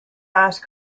ice